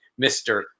Mr